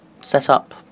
setup